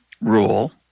rule